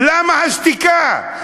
למה השתיקה?